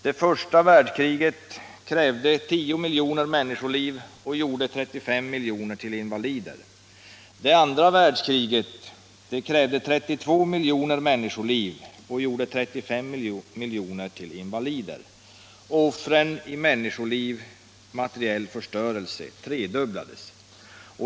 Det första världskriget krävde 10 miljoner människoliv och gjorde 35 miljoner till invalider. Det andra världskriget krävde 32 miljoner människoliv och gjorde 35 miljoner till invalider. Offren i människoliv och materiell förstörelse tredubblades.